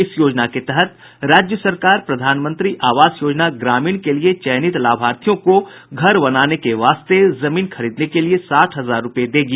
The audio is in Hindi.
इस योजना के तहत राज्य सरकार प्रधानमंत्री आवास योजना ग्रामीण के लिए चयनित लाभार्थियों को घर बनाने के वास्ते जमीन खरीदने के लिए साठ हजार रुपए देगी